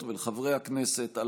לסגני השרים ולחברות ולחברי הכנסת על